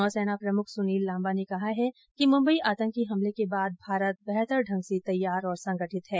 नौसेना प्रमुख सुनील लाम्बा ने कहा है कि मुंबई आतंकी हमले के बाद भारत बेहतर ढंग से तैयार और संगठित है